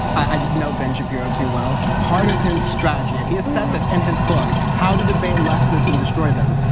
i just know ben shapiro too well. part of his strategy, and he said this in his book how to debate leftists and destroy them,